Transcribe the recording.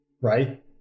right